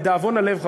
לדאבון הלב,